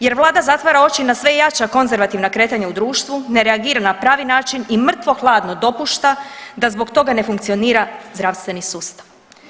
Jer vlada zatvara oči na sve jača konzervativna kretanja u društvu, ne reagira na pravi način i mrtvo hladno dopušta da zbog toga ne funkcionira zdravstveni sustav.